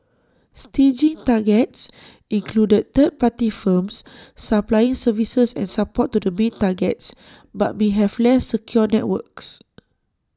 staging targets included third party firms supplying services and support to the main targets but may have less secure networks